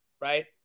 Right